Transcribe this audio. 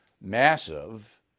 massive